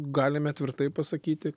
galime tvirtai pasakyti